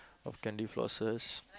of candy-flosses